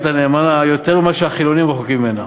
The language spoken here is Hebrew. הנאמנה יותר מאשר החילונים רחוקים ממנה,